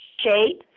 shape